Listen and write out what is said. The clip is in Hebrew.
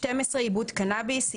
עיבוד קנאביס12.